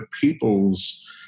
people's